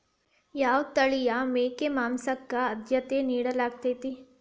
ಯಾವ ತಳಿಯ ಮೇಕೆ ಮಾಂಸಕ್ಕ, ಆದ್ಯತೆ ನೇಡಲಾಗತೈತ್ರಿ?